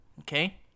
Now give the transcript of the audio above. Okay